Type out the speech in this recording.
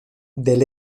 del